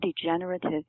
degenerative